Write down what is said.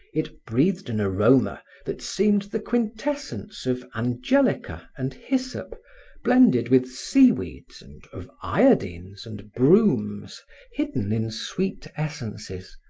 it breathed an aroma that seemed the quintessence of angelica and hyssop blended with sea-weeds and of iodines and bromes hidden in sweet essences,